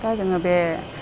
दा जोङो बे